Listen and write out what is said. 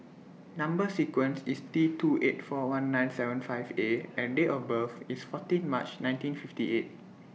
Number sequence IS T two eight four one nine seven five A and Date of birth IS fourteen March nineteen fifty eight